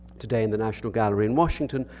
today in the national gallery in washington,